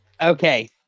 okay